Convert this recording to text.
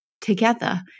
together